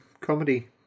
comedy